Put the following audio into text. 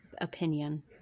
opinion